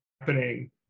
happening